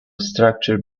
structure